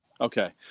Okay